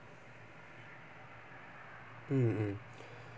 mm mm